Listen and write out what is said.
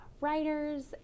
writers